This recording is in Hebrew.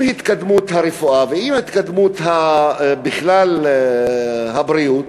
עם התקדמות הרפואה ועם ההתקדמות בכלל של הבריאות,